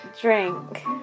drink